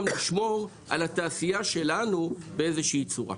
לשמור על התעשייה שלנו באיזושהי צורה.